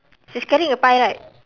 she's carrying a pie right